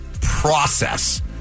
process